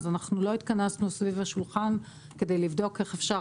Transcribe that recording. לא התכנסנו סביב השולחן כדי לבדוק איך אפשר